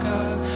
God